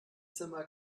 zimmer